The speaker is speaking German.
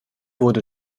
wurde